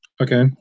Okay